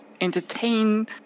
entertain